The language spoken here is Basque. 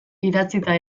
idatzita